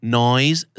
noise